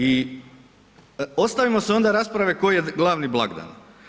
I ostavimo se onda rasprave koji je glavni blagdan.